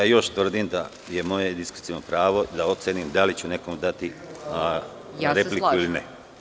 Tvrdim da je moje diskreciono pravo da ocenim da li ću nekom dati repliku ili ne.